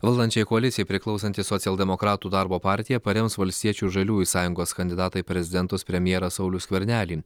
valdančiajai koalicijai priklausanti socialdemokratų darbo partija parems valstiečių žaliųjų sąjungos kandidatą į prezidentus premjerą saulių skvernelį